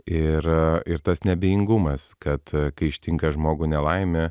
ir ir tas neabejingumas kad kai ištinka žmogų nelaimė